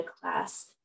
class